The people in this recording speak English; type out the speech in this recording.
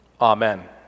amen